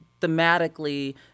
thematically